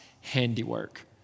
handiwork